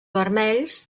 vermells